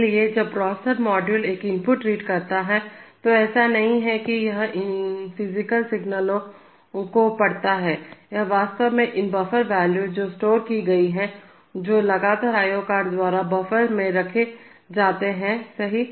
इसलिए जब processor module एक इनपुट रीड करता है तो ऐसा नहीं है कि यह इन फिजिकल सिग्नल को पढ़ता है यह वास्तव में इन बफर वॉल्यू जो स्टोर की गई है जो लगातार i o कार्ड द्वारा बफ़र्स में रखे जाते हैं सही